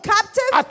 Captive